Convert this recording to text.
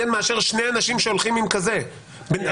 מאשר שני אנשים שהולכים עם מסכת פה-אף רגילה.